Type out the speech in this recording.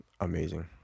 amazing